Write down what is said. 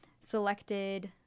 selected